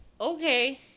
okay